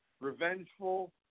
revengeful